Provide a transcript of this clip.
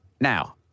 Now